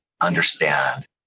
understand